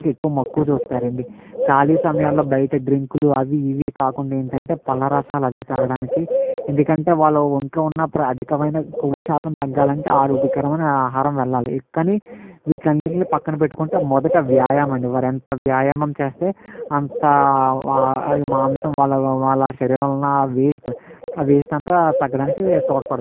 ఎక్కువ మక్కువ చూపుతారండి ఖాళీ సమయాల్లో బయట డ్రింక్లు అవి ఇవి కాకుండా ఏంటంటే పళ్ళరసాలు అవి తాగడానికి ఎందుకంటే వాళ్ళ ఒంట్లో ఉన్న ప్రాథమికమైన కొవ్వు శాతం తగ్గాలంటే ఆరోగ్యకరమైన ఆహారం వెళ్ళాలి కానీ వీట్లంన్నింటినీ పక్కన పెట్టుకుంటా మొదట వ్యాయామం అండి వారెంత వ్యాయామం చేస్తే అంతా మాంసం వాళ్ళ వాళ్ళ శరీరంల వెస్ట్ ఆ వెస్ట్ అంతా తగ్గడానికి తోడ్పడతుంది